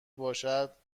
باشد